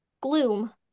Gloom